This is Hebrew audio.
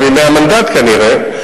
גם מאז ימי המנדט כנראה,